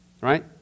Right